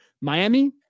Miami